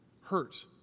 hurt